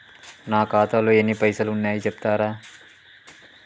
నా ఖాతాలో ఎన్ని పైసలు ఉన్నాయి చెప్తరా?